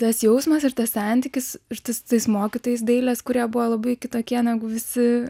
tas jausmas ir tas santykis ir su tais mokytojais dailės kurie buvo labai kitokie negu visi